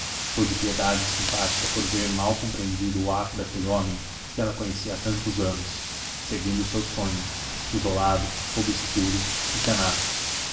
foi de piedade simpática por ver mal compreendido o ato daquele homem que ela conhecia há tantos anos seguindo o seu sonho isolado obscuro e tenaz